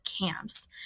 camps